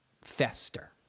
Fester